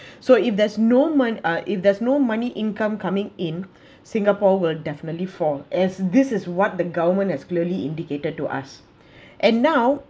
so if there's no mone~ ah if there's no money income coming in singapore will definitely fall as this is what the government has clearly indicated to us and now